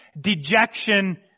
dejection